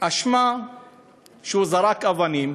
באשמה שהוא זרק אבנים